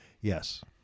Yes